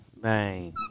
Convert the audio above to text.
bang